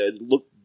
Look